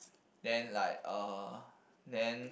then like uh then